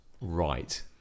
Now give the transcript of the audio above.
Right